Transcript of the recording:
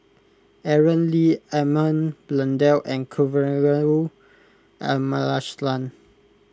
Aaron Lee Edmund Blundell and Kavignareru Amallathasan